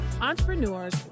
entrepreneurs